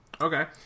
Okay